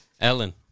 Ellen